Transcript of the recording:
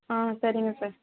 ஆ சரிங்க சார்